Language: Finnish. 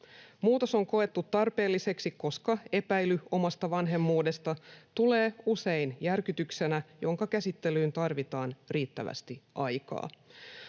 Muutos on koettu tarpeelliseksi, koska epäily omasta vanhemmuudesta tulee usein järkytyksenä, jonka käsittelyyn tarvitaan riittävästi aikaa.